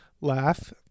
laugh